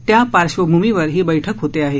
त्या पार्श्वभूमीवर ही बैठक होते आहे